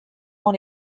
dans